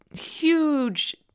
huge